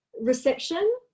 reception